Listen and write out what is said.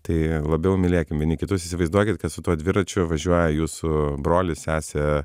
tai labiau mylėkim vieni kitus įsivaizduokit kad su tuo dviračiu važiuoja jūsų brolis sesė